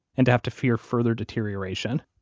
and to have to fear further deterioration.